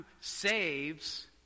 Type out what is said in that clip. saves